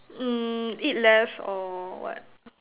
mm eat less or what